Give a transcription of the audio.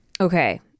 okay